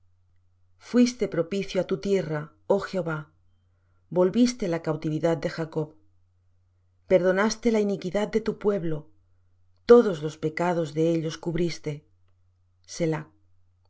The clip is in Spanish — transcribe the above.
fuiste propicio á tu tierra oh jehová volviste la cautividad de jacob perdonaste la iniquidad de tu pueblo todos los pecados de ellos cubriste